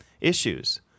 issues